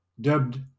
dubbed